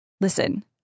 Listen